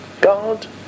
God